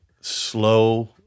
slow